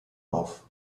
auf